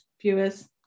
Viewers